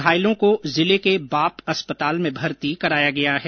घायलों को जिले के बाप अस्पताल में भर्ती कराया गया है